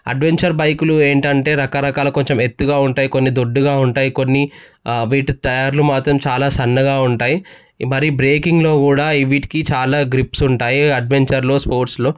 adventure బైకులు ఏంటంటే రకరకాల కొంచెం ఎత్తుగా ఉంటాయి కొన్ని దొడ్డుగా ఉంటాయి కొన్ని వీటి టయర్లు మాత్రం చాలా సన్నగా ఉంటాయి మరి బ్రేకింగ్లో కూడా వీటికి చాలా గ్రిప్స్ ఉంటాయి అడ్వెంచర్లో స్పోర్ట్స్లో